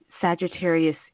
Sagittarius